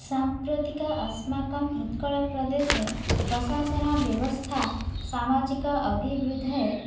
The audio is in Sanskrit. साम्प्रतिकम् अस्माकम् उत्कलप्रदेशे प्रशासनव्यवस्था सामाजिक अभिवृद्धये